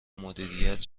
مدیریت